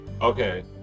Okay